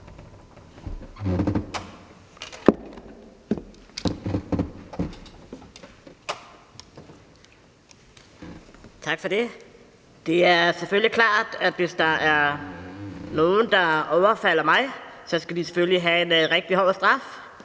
Tak for det. Det er selvfølgelig klart, at hvis der er nogle, der overfalder mig, så skal de selvfølgelig have en rigtig hård straf